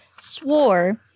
swore